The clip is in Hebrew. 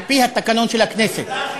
על-פי התקנון של הכנסת.